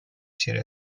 چیره